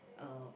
um